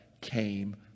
came